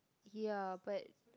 ya but